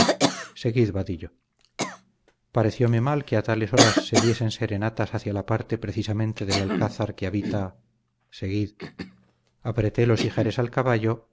templado seguid vadillo parecióme mal que a tales horas se diesen serenatas hacia la parte precisamente del alcázar que habita seguid apreté los ijares al caballo